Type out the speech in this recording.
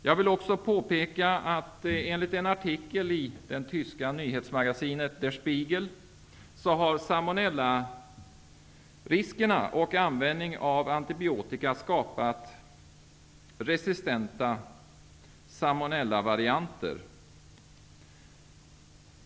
Jag vill också påpeka att enligt en artikel i det tyska nyhetsmagasinet Der Spiegel har användningen av antibiotika skapat resistenta salmonellavarianter.